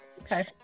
Okay